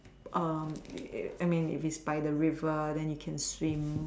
I mean if it is by the river then you can swim